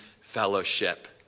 fellowship